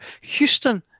Houston